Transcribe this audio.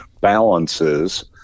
balances